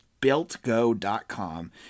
builtgo.com